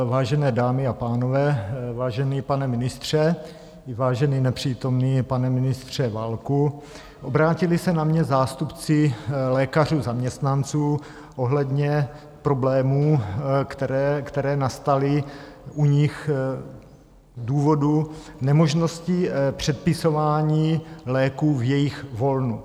Vážené dámy a pánové, vážený pane ministře, vážený nepřítomný pane ministře Válku, obrátili se na mě zástupci lékařů zaměstnanců ohledně problémů, které nastaly u nich z důvodu nemožnosti předepisování léků v jejich volnu.